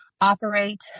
operate